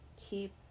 keep